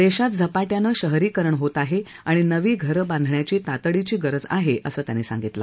देशात झपाट्यानं शहरीकरण होत आहे आणि नवी घरं बांधण्याची तातडीची गरज आहे असं ते म्हणाले